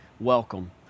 Welcome